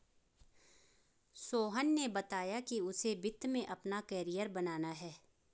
सोहन ने बताया कि उसे वित्त में अपना कैरियर बनाना है